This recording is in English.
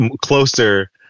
closer